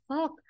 fuck